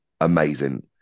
amazing